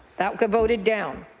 that got voted down.